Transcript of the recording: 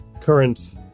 current